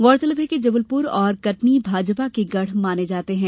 गौरतलब है कि जबलपुर और कटनी भाजपा के गढ़ माने जाते हैं